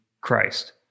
Christ